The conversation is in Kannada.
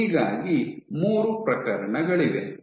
ಹೀಗಾಗಿ ಮೂರು ಪ್ರಕರಣಗಳಿವೆ